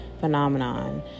phenomenon